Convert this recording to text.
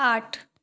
आठ